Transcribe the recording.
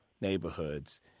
neighborhoods